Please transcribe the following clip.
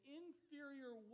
inferior